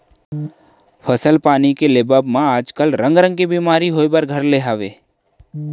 फसल पानी के लेवब म आज काल रंग रंग के बेमारी होय बर घर ले हवय